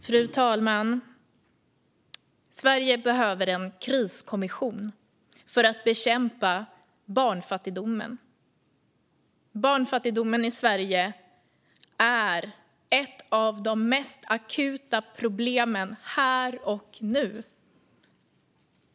Fru talman! Sverige behöver en kriskommission för att bekämpa barnfattigdomen. Barnfattigdomen i Sverige är ett av de mest akuta problemen här och nu.